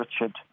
Richard